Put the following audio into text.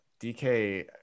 DK